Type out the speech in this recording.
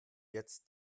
jetzt